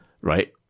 right